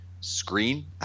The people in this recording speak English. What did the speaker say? Screen